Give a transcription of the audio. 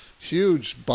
huge